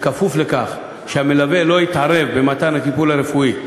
בכפוף לכך שהמלווה לא יתערב במתן הטיפול הרפואי.